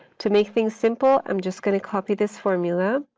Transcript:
to make things simple, i'm just going to copy this formula.